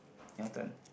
your turn